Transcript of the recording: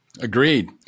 Agreed